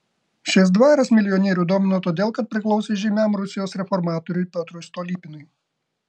šis dvaras milijonierių domino todėl kad priklausė žymiam rusijos reformatoriui piotrui stolypinui